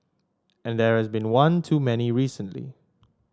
and there has been one too many recently